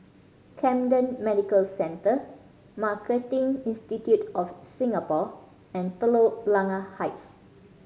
Camden Medical Centre Marketing Institute of Singapore and Telok Blangah Heights